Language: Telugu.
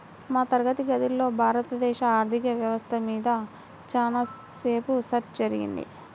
మా తరగతి గదిలో భారతదేశ ఆర్ధిక వ్యవస్థ మీద చానా సేపు చర్చ జరిగింది